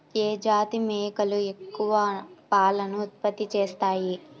ఏ జాతి మేకలు ఎక్కువ పాలను ఉత్పత్తి చేస్తాయి?